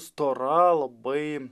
stora labai